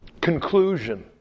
conclusion